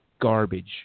garbage